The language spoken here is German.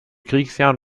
kriegsjahren